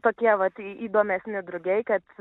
tokie vat įdomesni drugiai kad